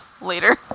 later